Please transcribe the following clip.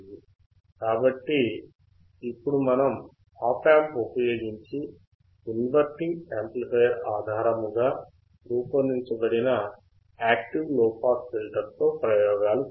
కాబట్టి ఇప్పుడు మనం ఆప్ యాంప్ ఉపయోగించి ఇన్వర్టింగ్ యాంప్లిఫయర్ ఆధారముగా రూపొందించబడిన యాక్టివ్ లోపాస్ ఫిల్టర్ తో ప్రయోగాలు చేద్దాము